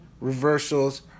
reversals